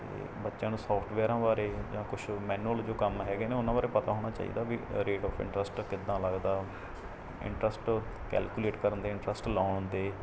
ਅਤੇ ਬੱਚਿਆਂ ਨੂੰ ਸੋਫਟਵੇਅਰਾਂ ਬਾਰੇ ਜਾਂ ਕੁਛ ਮੈਨੂਅਲ ਜੋ ਕੰਮ ਹੈਗੇ ਨੇ ਉਨ੍ਹਾਂ ਬਾਰੇ ਪਤਾ ਹੋਣਾ ਚਾਹੀਦਾ ਵੀ ਰੇਟ ਓਫ ਇੰਟ੍ਰਸਟ ਕਿੱਦਾਂ ਲੱਗਦਾ ਇੰਟ੍ਰਸਟ ਕੈਲਕੂਲੇਟ ਕਰਨ ਦੇ ਇੰਟ੍ਰਸਟ ਲਾਉਣ ਦੇ